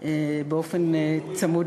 באופן צמוד